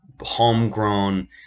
homegrown